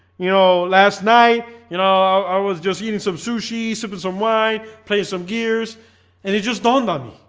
you know last night, you know i was just eating some sushi sipping some wine played some gears and he just dawned on